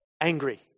angry